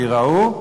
וייראו,